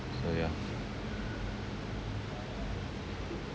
so yeah